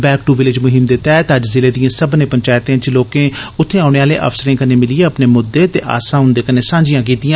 back to village मुहीम दे तैह्त अज्ज जिले दिए सब्मनें पंचैतें च लोकें उत्थे औने आले अफसरें कन्नै मिलिए अपने मुद्दे ते आसां उन्दे नै सांझियां कीतियां